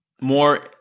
more